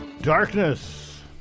Darkness